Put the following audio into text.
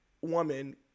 woman